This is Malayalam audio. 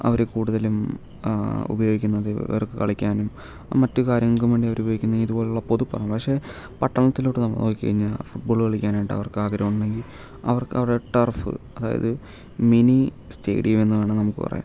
അവർ കൂടുതലും ഉപയോഗിക്കുന്നത് അവർക്ക് കളിക്കാനും മറ്റ് കാര്യങ്ങൾക്കും വേണ്ടി അവർ ഉപയോഗിക്കുന്നത് ഇതുപോലെ ഉള്ള പൊതു പറമ്പാണ് പക്ഷെ പട്ടണത്തിലോട്ട് നമ്മൾ നോക്കിക്കഴിഞ്ഞാൽ ഫുട്ബോൾ കളിക്കാനായിട്ട് അവർക്ക് ആഗ്രഹം ഉണ്ടെങ്കിൽ അവർക്കവിടെ ടർഫ് അതായത് മിനി സ്റ്റേഡിയം എന്ന് വേണമെങ്കിൽ നമുക്ക് പറയാം